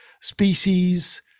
species